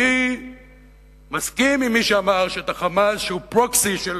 אני מסכים עם מי שאמר שאת ה"חמאס", שהוא פרוקסי של